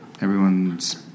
everyone's